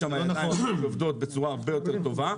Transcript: שם ידיים שעובדות בצורה הרבה יותר טובה.